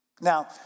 Now